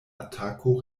atako